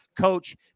Coach